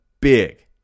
big